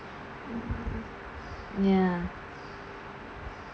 ya